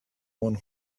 one